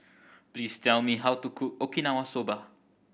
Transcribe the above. please tell me how to cook Okinawa Soba